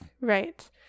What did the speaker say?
Right